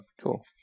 Cool